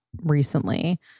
recently